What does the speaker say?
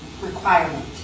requirement